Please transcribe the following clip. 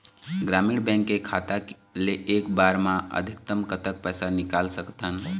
ग्रामीण बैंक के खाता ले एक बार मा अधिकतम कतक पैसा निकाल सकथन?